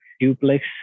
duplex